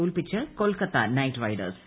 തോൽപ്പിച്ച് Kolkata Knight Riders